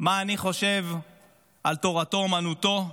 מה אני חושב על תורתו אומנותו.